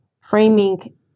framing